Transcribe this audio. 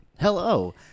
Hello